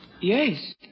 Yes